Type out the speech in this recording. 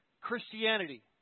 Christianity